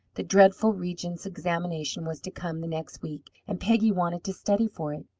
the dreadful regent's examination was to come the next week, and peggy wanted to study for it.